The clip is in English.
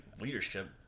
Leadership